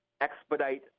expedite